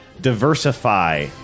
Diversify